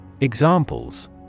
Examples